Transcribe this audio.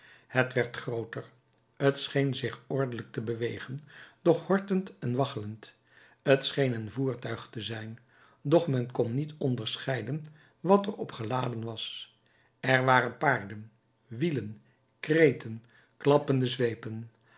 het werd grooter t scheen zich ordelijk te bewegen doch hortend en waggelend t scheen een voertuig te zijn doch men kon niet onderscheiden wat er op geladen was er waren paarden wielen kreten klappende zweepen